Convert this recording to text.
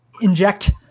inject